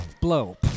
blow